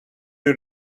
you